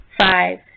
Five